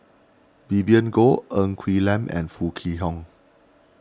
Vivien Goh Ng Quee Lam and Foo Kwee Horng